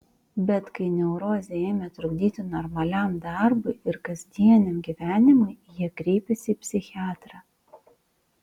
bet kai neurozė ėmė trukdyti normaliam darbui ir kasdieniam gyvenimui jie kreipėsi į psichiatrą